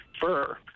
fur